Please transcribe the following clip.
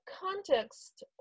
context